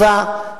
טובה,